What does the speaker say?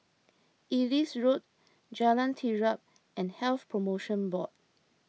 Ellis Road Jalan Terap and Health Promotion Board